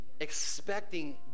expecting